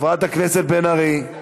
חברת הכנסת בן ארי,